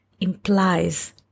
implies